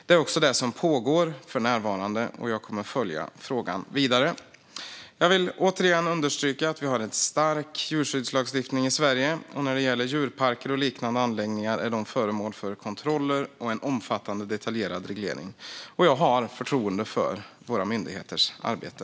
Det är också vad som pågår för närvarande, och jag kommer att följa frågan vidare. Jag vill återigen understryka att vi har en stark djurskyddslagstiftning i Sverige. Djurparker och liknande anläggningar är föremål för kontroller och en omfattande detaljerad reglering, och jag har förtroende för våra myndigheters arbete.